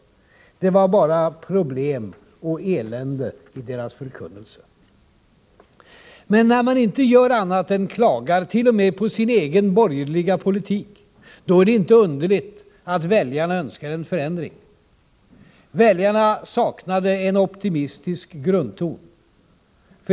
Det var bara problem och elände. När man inte gör annat än klagar, t.o.m. på sin egen politik, är det inte underligt att väljarna önskar en förändring. Väljarna saknade en optimistisk grundton.